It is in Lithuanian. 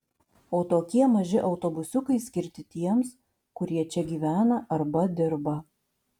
o tokie maži autobusiukai skirti tiems kurie čia gyvena arba dirba